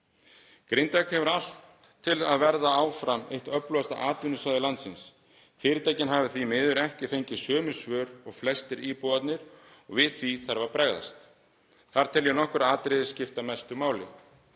til að bera til að vera áfram eitt öflugasta atvinnusvæði landsins. Fyrirtækin hafi því miður ekki fengið sömu svör og flestir íbúarnir og við því þarf að bregðast. Þar tel ég nokkur atriði skipta mestu máli.